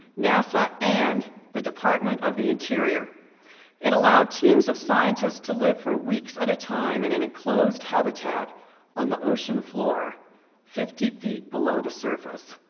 nasa and the department of the interior it allowed teams of scientists to live for weeks at time in an enclosed habitat on the ocean floor fifty feet below the surface.